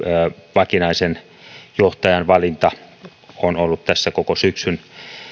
vakinaisen johtajan valinta on ollut tässä koko syksyn